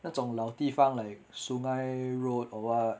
那种老地方 like sungei road or what